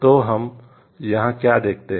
तो हम यहाँ क्या देखते हैं